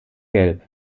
gelb